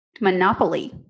Monopoly